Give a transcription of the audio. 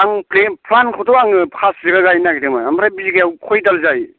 आं बे फ्लानखौथ' आंनो पास बिगा गायनो नाग्रदोंमोन ओमफ्राय बिगायाव खय दाल जायो